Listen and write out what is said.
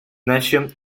nation